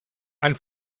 ein